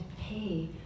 pay